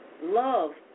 love